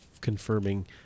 confirming